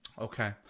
okay